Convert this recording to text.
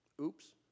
Oops